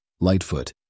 Lightfoot